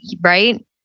right